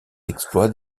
exploits